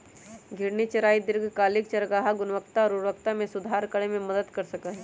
घूर्णी चराई दीर्घकालिक चारागाह गुणवत्ता और उर्वरता में सुधार करे में मदद कर सका हई